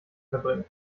verbringen